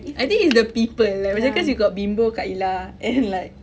I think it's the people like macam cause you got bimbo kak ella and like